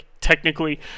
technically